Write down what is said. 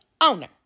owner